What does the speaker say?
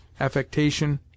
affectation